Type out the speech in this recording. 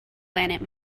planet